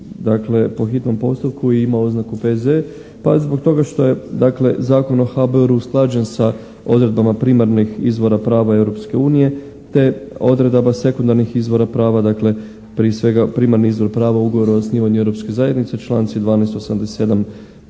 ide po hitnom postupku i ima oznaku P.Z.E.? Pa zbog toga što je Zakon o HABOR-u usklađen sa odredbama primarnih izvora prava Europske unije te odredaba sekundarnih izvora prava, prije svega primarni izvor prava, ugovor o osnivanju Europske zajednice članci 12